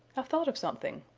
i've thought of something!